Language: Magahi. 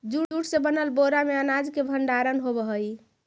जूट से बनल बोरा में अनाज के भण्डारण होवऽ हइ